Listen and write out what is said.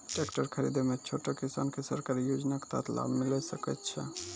Tractor खरीदै मे छोटो किसान के सरकारी योजना के तहत लाभ मिलै सकै छै?